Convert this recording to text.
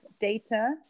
data